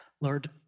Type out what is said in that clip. Lord